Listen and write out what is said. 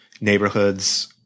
neighborhoods